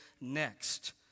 next